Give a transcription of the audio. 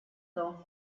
dans